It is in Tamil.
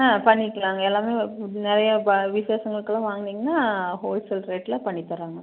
ஆ பண்ணிக்கலாங்க எல்லாமே நிறைய ப விசேஷங்களுக்குலாம் வாங்கினீங்கனா ஹோல்சேல் ரேட்டில் பண்ணித்தரோங்க